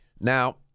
Now